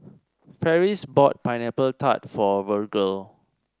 Farris bought Pineapple Tart for Virgle